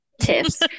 tips